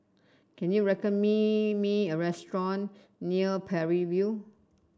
can you recommend me a restaurant near Parry View